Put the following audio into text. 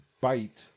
bite